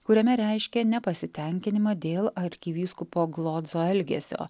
kuriame reiškė nepasitenkinimą dėl arkivyskupo glodzo elgesio